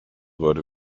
wurde